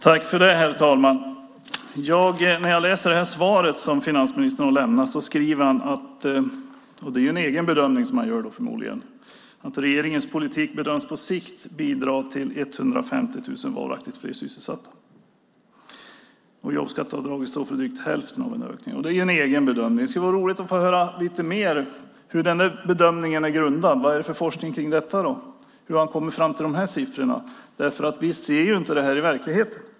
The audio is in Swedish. Herr talman! När jag läser svaret som finansministern har lämnat skriver han, och det är förmodligen en egen bedömning som han gör: "Regeringens politik bedöms på sikt bidra till 150 000 varaktigt fler sysselsatta. Jobbskatteavdraget står för drygt hälften av ökningen." Det är en egen bedömning. Det skulle vara roligt att få höra lite mer om vad denna bedömning är grundad på. Vad är det för forskning? Hur har han kommit fram till de här siffrorna? Vi ser inte det här i verkligheten.